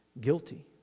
guilty